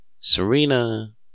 Serena